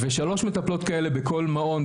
ושלוש מטפלות כאלה בכל מעול,